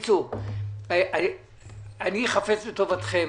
אני חפץ בטובתכם,